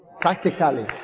Practically